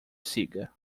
siga